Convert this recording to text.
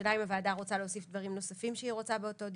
השאלה אם הוועדה רוצה להוסיף דברים נוספים שהיא רוצה באותו דיווח.